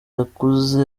yakuze